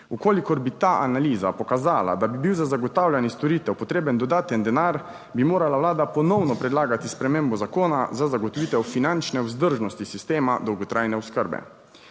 V kolikor bi ta analiza pokazala, da bi bil za zagotavljanje storitev potreben dodaten denar, bi morala Vlada ponovno predlagati spremembo zakona za zagotovitev finančne vzdržnosti sistema dolgotrajne oskrbe.